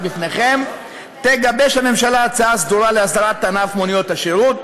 בפניכם תגבש הממשלה הצעה סדורה להסדרת ענף מוניות השירות,